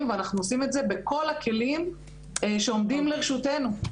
ואנחנו עושים את זה בכל הכלים שעומדים לרשותנו.